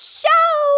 show